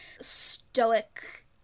stoic